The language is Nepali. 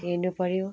हेर्नुपऱ्यो